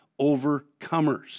overcomers